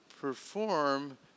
perform